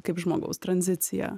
kaip žmogaus tranzicija